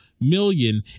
million